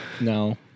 No